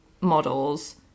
models